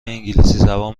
انگلیسیزبان